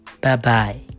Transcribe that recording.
bye-bye